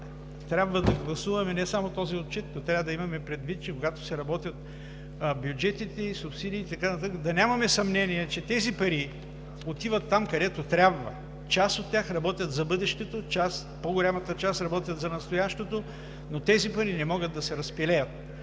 трябва да гласуваме не само този отчет, но трябва да имаме предвид че, когато се работят бюджетите и субсидиите и така нататък, да нямаме съмнения, че тези пари отиват там, където трябва. Част от тях работят за бъдещето, по-голямата част работят за настоящето, но тези пари не могат да се разпилеят.